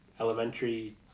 elementary